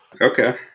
Okay